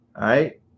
right